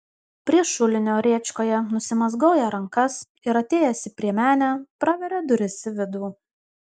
prie šulinio rėčkoje nusimazgoja rankas ir atėjęs į priemenę praveria duris į vidų